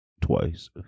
Twice